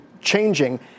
changing